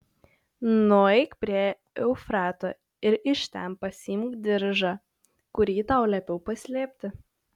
nueik prie eufrato ir iš ten pasiimk diržą kurį tau liepiau paslėpti